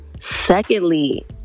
Secondly